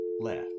left